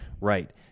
Right